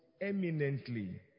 eminently